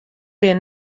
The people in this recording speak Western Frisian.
bin